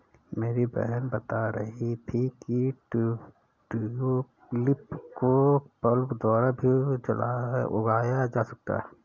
मेरी बहन बता रही थी कि ट्यूलिप को बल्ब द्वारा भी उगाया जा सकता है